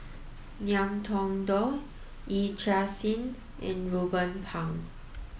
Ngiam Tong Dow Yee Chia Hsing and Ruben Pang